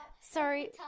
Sorry